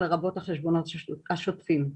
לרבות החשבונות השוטפים.